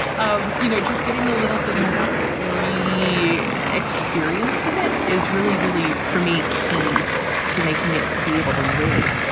um you know, just getting a little bitter prri experience with it is really, really, for me key to making it be able to live.